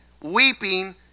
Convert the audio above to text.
weeping